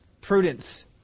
prudence